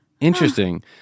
Interesting